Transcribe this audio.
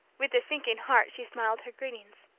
with a sinking heart she smiled her greetings.